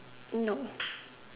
no